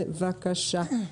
בבקשה.